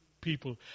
people